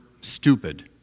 stupid